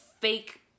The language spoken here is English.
fake